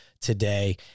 today